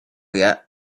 yet